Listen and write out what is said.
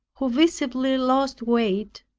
who visibly lost weight.